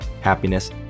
happiness